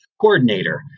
Coordinator